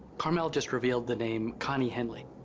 carmel just revealed the name connie henly.